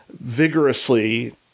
vigorously